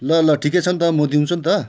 ल ल ठिकै छ अन्त म दिन्छु अन्त